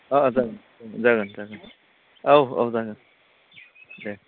ओह ओह जागोन जागोन जागोन औ औ जागोन दे